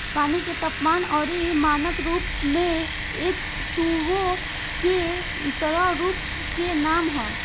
पानी के तापमान अउरी मानक रूप में एचटूओ के तरल रूप के नाम ह